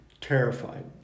terrified